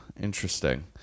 Interesting